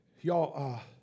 Y'all